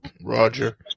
Roger